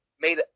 made